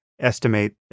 estimate